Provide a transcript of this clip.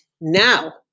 now